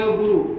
guru